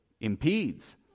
impedes